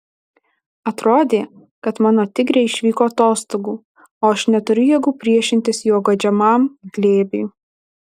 atrodė kad mano tigrė išvyko atostogų o aš neturiu jėgų priešintis jo guodžiamam glėbiui